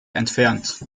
entfernt